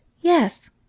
Yes